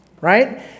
right